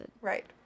Right